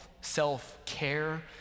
self-care